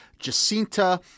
Jacinta